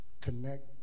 connect